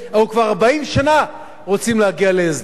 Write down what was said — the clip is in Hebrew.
אנחנו כבר 40 שנה רוצים להגיע להסדר.